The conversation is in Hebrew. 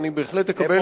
ואני בהחלט אקבל